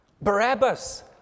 Barabbas